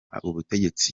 ubutegetsi